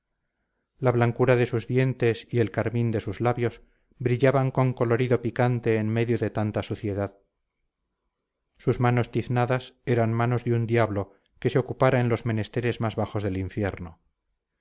la blancura de sus dientes y el carmín de sus labios brillaban con colorido picante en medio de tanta suciedad sus manos tiznadas eran manos de un diablo que se ocupara en los menesteres más bajos del infierno